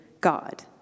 God